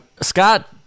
Scott